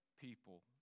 people